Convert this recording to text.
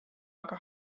aga